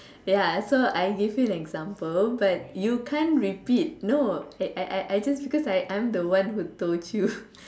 ya so I give you an example but you can't repeat no I I I just because I I'm the one who told you